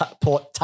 Port